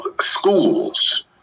schools